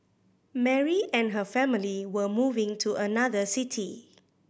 Mary and her family were moving to another city